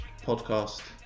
podcast